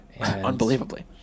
unbelievably